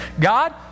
God